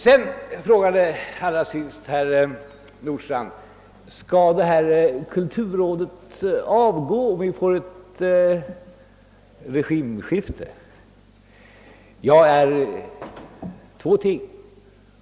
Herr Nordstrandh frågade, om kulturrådet skall avgå om vi får regimskifte. Det är härvidlag två saker att lägga märke till.